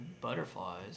butterflies